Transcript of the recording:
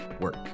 work